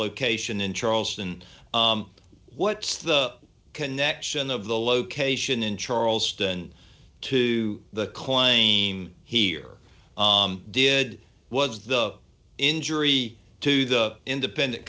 location in charleston what's the connection of the location in charleston to the claim here did was the injury to the independent